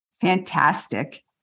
Fantastic